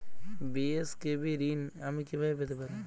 BSKB ঋণ আমি কিভাবে পেতে পারি?